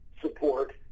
support